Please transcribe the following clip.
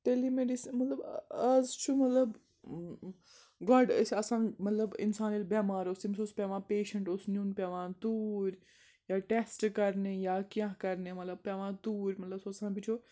تیٚلی میٚڈِس مطلب آز چھُ مطلب گۄڈٕ ٲسۍ آسان مطلب اِنسان ییٚلہِ بٮ۪مار اوس تٔمِس اوس پٮ۪وان پیشنٛٹ اوس نیُن پٮ۪وان توٗرۍ یا ٹٮ۪سٹ کَرنہِ یا کیٚنٛہہ کَرنہِ مطلب پٮ۪وان توٗرۍ مطلب سُہ اوس آسان بِچو